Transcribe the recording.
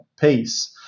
pace